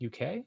uk